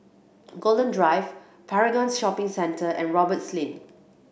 Golden Drive Paragon Shopping Centre and Roberts Lane